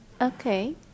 Okay